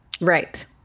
Right